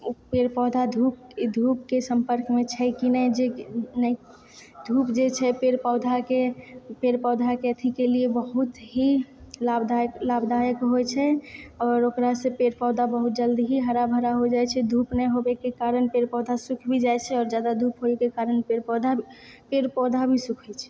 पेड़ पौधा धूप ई धूपके संपर्कमे छै कि नहि जे धूप जे छै पेड़ पौधाके पेड़ पौधाके अथी के लिए बहुत ही लाभदायक लाभदायक होय छै और ओकरा से पेड़ पौधा बहुत जल्द ही हराभरा हो जाय छै धूप नहि होबेके कारण पेड़ पौधा सूखि भी जाय छै आओर जादा धूप होयके कारण पेड़ पौधा पेड़ पौधा भी सुखै छै